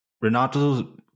Renato